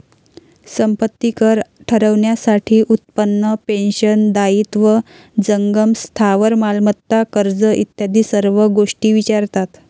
संपत्ती कर ठरवण्यासाठी उत्पन्न, पेन्शन, दायित्व, जंगम स्थावर मालमत्ता, कर्ज इत्यादी सर्व गोष्टी विचारतात